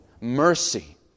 Mercy